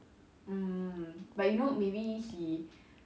um but you know maybe he